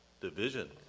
division